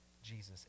Jesus